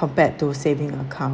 compared to saving account